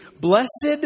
Blessed